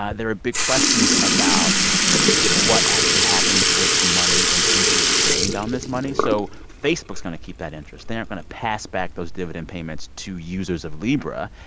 ah there are big questions about what actually happens with the money and interest gained on this money. so facebook's going to keep that interest. they're not going to pass back those dividend payments to users of libra.